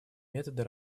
методы